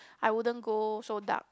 I wouldn't go so dark